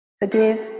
forgive